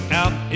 out